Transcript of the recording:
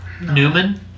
Newman